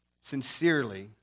sincerely